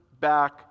back